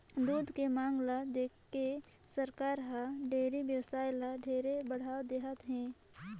दूद के मांग ल देखके सरकार हर डेयरी बेवसाय ल ढेरे बढ़ावा देहत हे